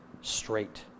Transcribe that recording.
straight